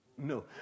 No